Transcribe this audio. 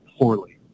poorly